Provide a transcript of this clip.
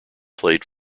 played